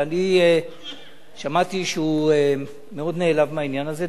ואני שמעתי שהוא מאוד נעלב מהעניין הזה,